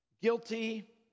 guilty